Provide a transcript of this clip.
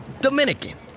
Dominican